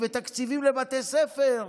ותקציבים לבתי ספר,